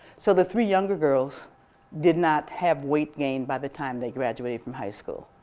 so the three younger girls did not have weight gain by the time they graduated from high school.